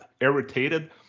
irritated